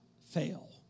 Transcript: fail